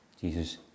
Jesus